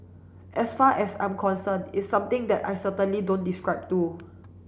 as far as I'm concerned it's something that I certainly don't describe to